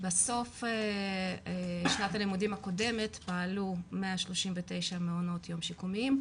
בסוף שנת הלימודים הקודמת פעלו 139 מעונות יום שיקומיים,